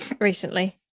recently